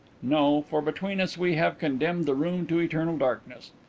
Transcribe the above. no, for between us we have condemned the room to eternal darkness.